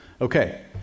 Okay